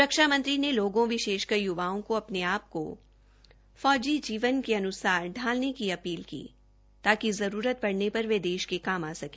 रक्षा मंत्री ने लोगों विशेषकर युवाओं को अपने आज को फौजी जीवन के अन्युसार ढालने की अपील की ताकि जरूरत पड़ने पर वे देश के काम आ सके